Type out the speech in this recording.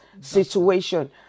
situation